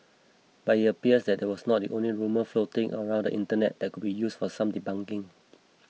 but it appears that was not the only rumour floating around the Internet that could use for some debunking